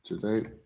today